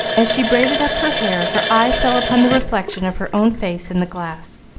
as she braided up her hair, her eye fell upon the reflection of her own face in the glass.